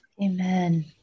Amen